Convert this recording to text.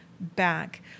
back